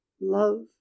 love